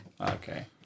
Okay